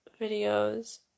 videos